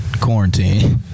Quarantine